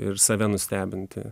ir save nustebinti